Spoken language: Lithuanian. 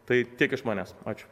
tai tiek iš manęs ačiū